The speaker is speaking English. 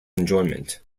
enjoyment